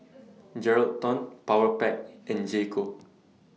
Geraldton Powerpac and J Co